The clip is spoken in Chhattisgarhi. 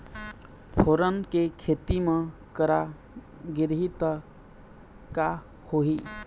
फोरन के खेती म करा गिरही त का होही?